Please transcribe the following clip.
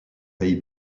pays